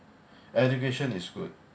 education is good